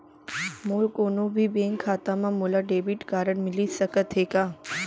मोर कोनो भी बैंक खाता मा मोला डेबिट कारड मिलिस सकत हे का?